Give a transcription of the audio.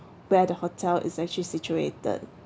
where the hotel is actually situated